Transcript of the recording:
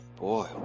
Boy